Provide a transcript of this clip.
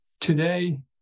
today